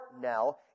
now